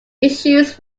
issues